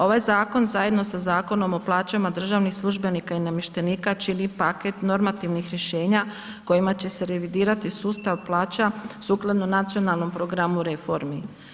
Ovaj zakon zajedno sa Zakonom o plaćama državnih službenika i namještenika čini paket normativnih rješenja kojima će se revidirati sustav plaća sukladno Nacionalnom programu reformi.